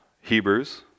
Hebrews